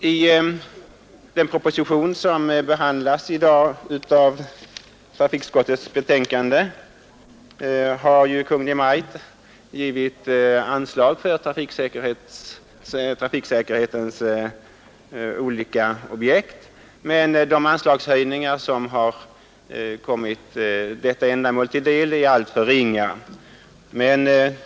I den proposition, som behandlas i trafikutskottets betänkande nr 7, har Kungl. Maj:t begärt anslag för olika ändamål i trafiksäkerhetsfrämjande syfte, men de föreslagna anslagshöjningarna är enligt vår uppfattning alltför ringa.